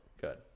Good